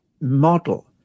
model